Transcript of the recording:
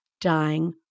dying